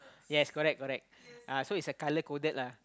yes correct correct uh so it's colour coded lah